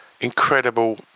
incredible